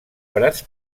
prats